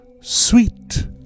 sweet